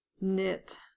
knit